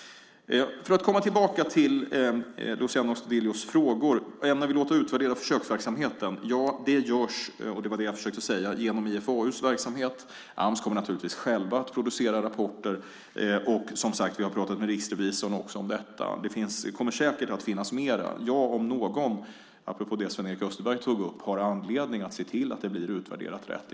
Jag ska återgå till Luciano Astudillos frågor. Han frågar om jag ämnar låta utvärdera försöksverksamheten. Ja, jag försökte säga att det görs genom IFAU:s verksamhet. Ams kommer naturligtvis själva att producera rapporter. Vi har också, som sagt, talat med riksrevisorn om detta. Det kommer säkert att finnas mer. Jag om någon, apropå det som Sven-Erik Österberg tog upp, har anledning att se till att det blir rätt utvärderat.